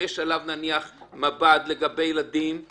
ויש עליו מב"ד לגבי ילדים זה